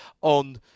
on